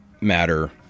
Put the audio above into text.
matter